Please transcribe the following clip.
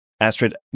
Astrid